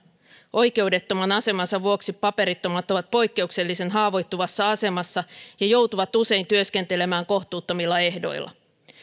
oikeudettoman asemansa vuoksi paperittomat ovat poikkeuksellisen haavoittuvassa asemassa ja joutuvat usein työskentelemään kohtuuttomilla ehdoilla